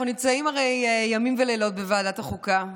אנחנו הרי נמצאים ימים ולילות בוועדת החוקה,